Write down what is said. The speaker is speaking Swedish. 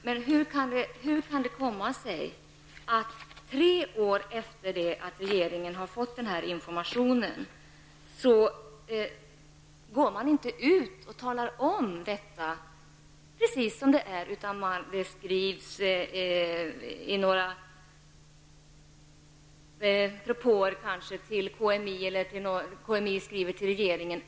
Herr talman! Men hur kan det komma sig att man inte förrän efter tre år går ut och talar om precis som det är? Regeringen framför kanske några propåer till KMI och KMI skriver till regeringen.